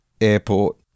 Airport